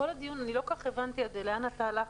כל הדיון הזה אני לא כל כך הבנתי לאן אתה הלכת,